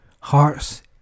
Hearts